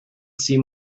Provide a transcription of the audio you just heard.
see